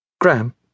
Graham